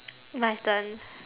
my turn